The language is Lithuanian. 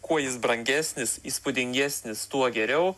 kuo jis brangesnis įspūdingesnis tuo geriau